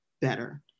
better